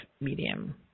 medium